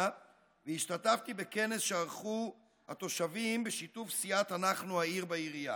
והשתתפתי בכנס שערכו התושבים בשיתוף סיעת אנחנו העיר בעירייה.